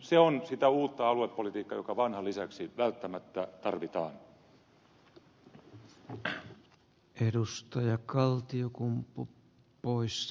se on sitä uutta aluepolitiikkaa jota vanhan lisäksi välttämättä tarvitaan